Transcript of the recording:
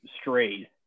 strayed